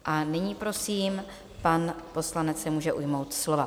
A nyní prosím, pan poslanec se může ujmout slova.